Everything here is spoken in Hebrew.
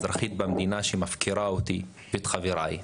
אזרחית במדינה שמפקירה אותי ואת חבריי.